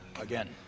Again